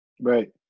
Right